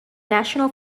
national